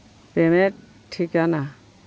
payment ᱴᱷᱤᱠᱟᱹᱱᱟ